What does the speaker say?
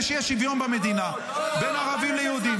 שיהיה שוויון במדינה בין ערבים ליהודים.